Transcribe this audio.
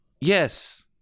yes